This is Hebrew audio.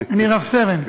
אני רב-סרן.